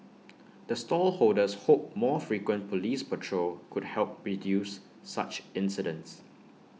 the stall holders hope more frequent Police patrol could help reduce such incidents